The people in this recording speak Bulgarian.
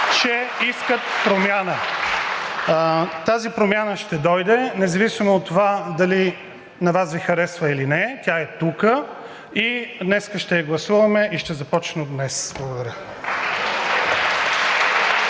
(Ръкопляскания.) Тази промяна ще дойде, независимо от това дали на Вас Ви харесва или не, тя е тук, днес ще я гласуваме и ще започне от днес. Благодаря.